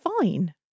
fine